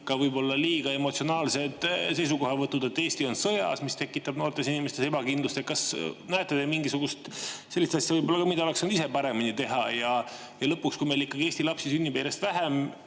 ka võib-olla liiga emotsionaalsed seisukohavõtud, et Eesti on sõjas, mis tekitab noortes inimestes ebakindlust? Kas te näete mingisugust asja, mida oleksime ise saanud paremini teha? Lõpuks, kui meil ikkagi Eestis lapsi sünnib järjest vähem,